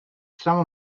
some